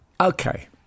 Okay